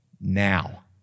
Now